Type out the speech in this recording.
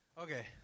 Okay